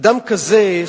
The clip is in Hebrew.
אדם כזה,